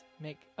Make